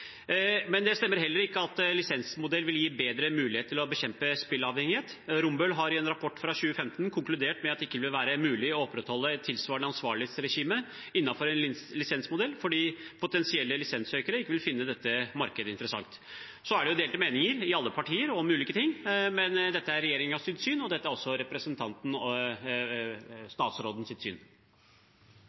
Det stemmer heller ikke at en lisensmodell vil gi en bedre mulighet til å bekjempe spillavhengighet. Rambøll har i en rapport fra 2015 konkludert med at det ikke vil være mulig å opprettholde et tilsvarende ansvarlighetsregime innenfor en lisensmodell, fordi potensielle lisenssøkere ikke vil finne dette markedet interessant. Så er det delte meninger i alle partier om ulike ting, men dette er regjeringens syn, og dette er også statsrådens syn. Flere av Norges største stjerner innenfor ulike idretter og